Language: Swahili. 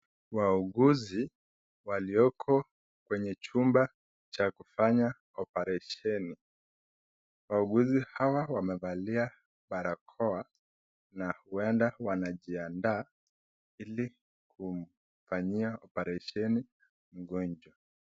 Wauguzi walioko kwenye chumba cha kufanya oparesheni. Wauguzi hawa wamevalia barakoa na huenda wanajiandaa ili kumfanyia oparesheni mgonjwa.